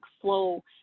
flow